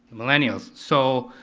millennials. so,